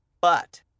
But-